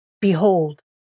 behold